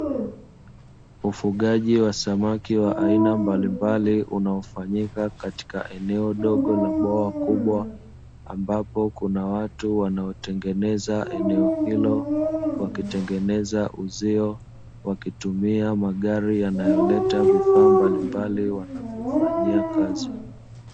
Ufugaji wa samaki wa aina mbalimbali unaofanyika katika eneo dogo la bwawa kubwa, ambapo kuna watu wanaotengeneza eneo hilo wakitengeneza uzio wakitumia magari yanayoleta vifaa mbalimbali wanavyofanyia kazi.